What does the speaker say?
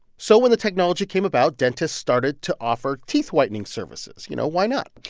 so when the technology came about, dentists started to offer teeth-whitening services. you know, why not?